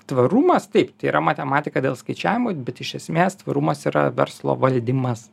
tvarumas taip tai yra matematika dėl skaičiavimo bet iš esmės tvarumas yra verslo valdymas